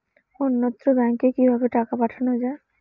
অন্যত্র ব্যংকে কিভাবে টাকা পাঠানো য়ায়?